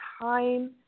time